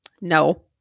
No